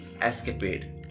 Escapade